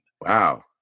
wow